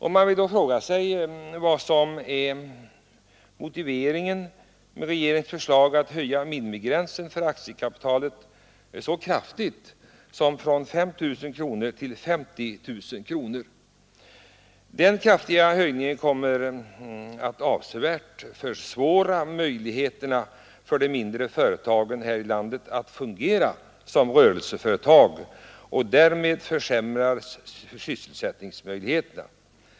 Man frågar sig då vad som är motiveringen för regeringens förslag att höja minimigränsen för aktiekapitalet så kraftigt som från 5 000 till 50 000 kronor. Den kraftiga höjningen kommer att avsevärt försvåra möjligheterna för de mindre företagen här i landet att fungera som rörelseföretag, och därmed försämras sysselsättningsmöjligheterna.